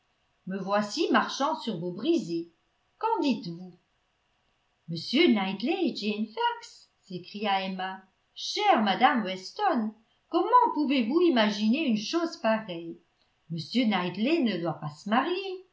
me voici marchant sur vos brisées qu'en dites-vous m knightley et jane fairfax s'écria emma chère madame weston comment pouvez-vous imaginer une chose pareille m knightley ne doit pas se marier